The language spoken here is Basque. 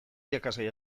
irakasgai